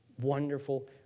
Wonderful